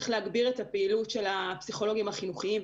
צריך להגביר את הפעילות של הפסיכולוגים החינוכיים,